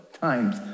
times